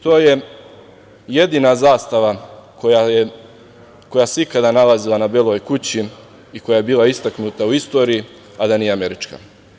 To je jedina zastava koja se ikada nalazila na Beloj kući i koja je bila istaknuta u istoriji, a da nije američka.